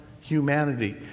humanity